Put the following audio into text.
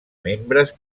membres